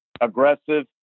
aggressive